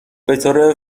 بطور